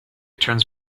turns